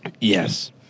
Yes